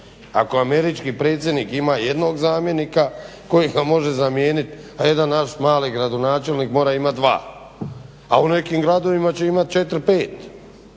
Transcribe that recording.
Ako američki predsjednik ima jednog zamjenika koji ga može zamijeniti, a jedan naš mali gradonačelnik mora imati dva, a u nekim gradovima će imati 4, 5